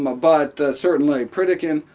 um but certainly pritikin,